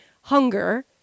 hunger